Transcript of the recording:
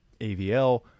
AVL